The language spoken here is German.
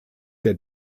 der